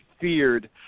feared